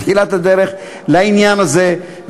בתחילת הדרך לעניין הזה,